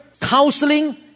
counseling